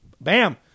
Bam